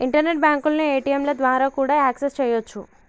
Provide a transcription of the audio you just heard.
internet బ్యాంకులను ఏ.టీ.యంల ద్వారా కూడా యాక్సెస్ చెయ్యొచ్చు